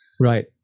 right